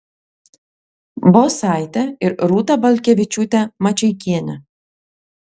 bosaitė ir rūta balkevičiūtė mačeikienė